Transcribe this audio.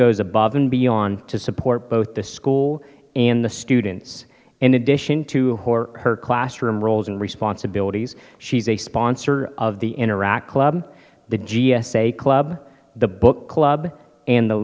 goes above and beyond to support both the school and the students in addition to her or her classroom roles and responsibilities she's a sponsor of the interact club the g s a club the book club and the